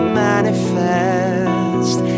manifest